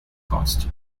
costs